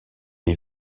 les